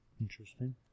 Interesting